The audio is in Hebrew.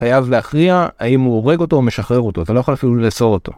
אתה חייב להכריע האם הוא הורג אותו או משחרר אותו, אתה לא יכול אפילו לסור אותו.